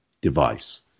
device